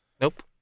Nope